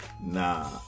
Nah